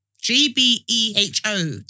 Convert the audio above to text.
G-B-E-H-O